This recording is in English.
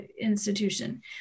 institution